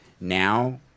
now